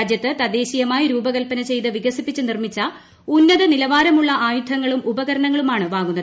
രാജ്യത്ത് തദ്ദേശീയമായി രൂപകൽപ്പന ചെയ്ത് വികസിപ്പിച്ച് നിർമ്മിച്ച ഉന്നത നിലവാരമുള്ള ആയുധങ്ങളും ഉപകരണങ്ങളുമാണ് വാങ്ങുന്നത്